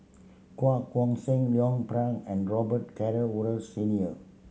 Koh Guan Song Leon and Robet Carr Wood Senior